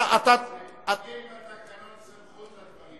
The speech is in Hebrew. הרי אין בתקנון סמכות לדברים האלה.